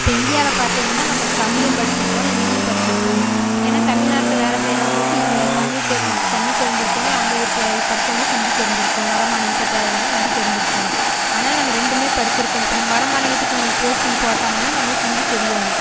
இப்போ இந்தியாவில பார்த்தீங்கன்னா நம்மளுக்கு தமிழும் படிச்சுருக்கோணும் ஹிந்தியும் படிச்சுருக்கோணும் ஏன்னா தமிழ்நாட்டில் வேலை செய்றவங்களுக்கு இங்கே தமிழ் தெரிஞ் தமிழ் தெரிஞ்சிருக்கணும் அங்கே போய் படிச்சவங்களுக்கு ஹிந்தி தெரிஞ்சிருக்கணும் வட மாநிலத்தை ஹிந்தி தெரிஞ்சிருக்ககணும் அதனால நம்ம ரெண்டுமே படிச்சிருக்கணும் இப்போ நம்ம வட மாநிலத்துக்கு நம்மளுக்கு போஸ்டிங் போட்டாங்கன்னா நம்மளுக்கு ஹிந்தி தெரியணும்